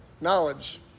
Knowledge